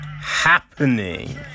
happening